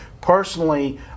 personally